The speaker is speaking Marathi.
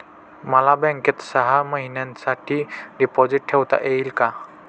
मला बँकेत सहा महिन्यांसाठी डिपॉझिट ठेवता येईल का?